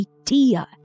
idea